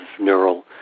neural